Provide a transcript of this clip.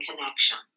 connection